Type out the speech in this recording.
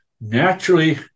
Naturally